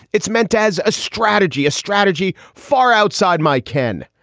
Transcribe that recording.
it's meant as a strategy. a strategy far outside my ken.